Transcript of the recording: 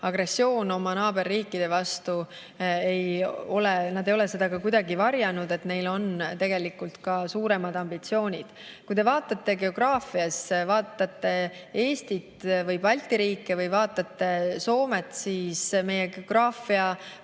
agressioon oma naaberriikide vastu – nad ei ole seda ka kuidagi varjanud, et neil on tegelikult suuremad ambitsioonid. Kui te vaatate geograafiliselt, vaatate Eestit või Balti riike või vaatate Soomet, siis meie pindalad